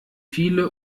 viele